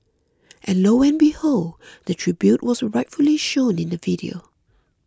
and lo and behold the tribute was rightfully shown in the video